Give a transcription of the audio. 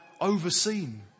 overseen